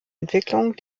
entwicklung